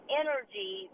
energy